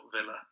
Villa